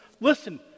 listen